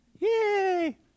Yay